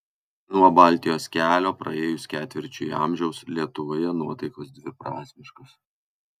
nuo baltijos kelio praėjus ketvirčiui amžiaus lietuvoje nuotaikos dviprasmiškos